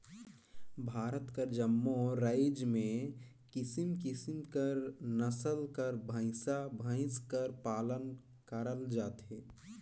भारत कर जम्मो राएज में किसिम किसिम कर नसल कर भंइसा भंइस कर पालन करल जाथे